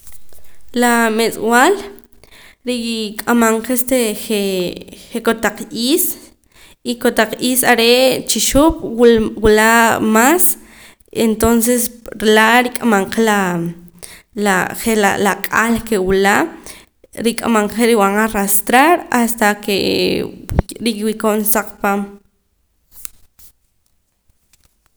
La mesb'al rik'amam ka jee' je' kotaq is y kotaq is are' chixuup wula mas entonces laa' rik'amam ka laa la je' laa la ak'al ke wula rik'amam ka je' rib'an arrastrar hasta ke riwii'koon saq paam